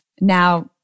Now